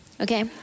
okay